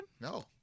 No